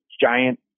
giant